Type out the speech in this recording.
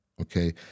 okay